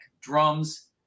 drums